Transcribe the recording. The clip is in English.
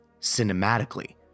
cinematically